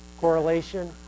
Correlation